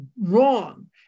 wrong